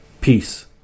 Peace